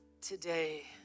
today